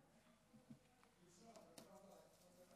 כבוד היושב-ראש, חברי וחברות הכנסת,